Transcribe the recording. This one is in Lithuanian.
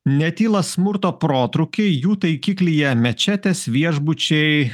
netyla smurto protrūkiai jų taikiklyje mečetės viešbučiai